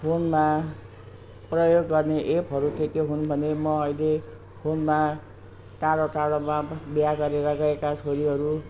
फोनमा प्रयोग गर्ने एपहरू के के हुन् भने म अहिले फोनमा टाढो टाढोमा बिहा गरेर गएका छोरीहरू